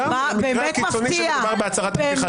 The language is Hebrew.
גם במקרה הקיצוני שמדובר בהצהרת פתיחה שלי.